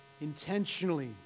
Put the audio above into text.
intentionally